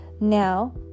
Now